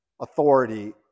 authority